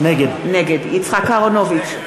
נגד יצחק אהרונוביץ,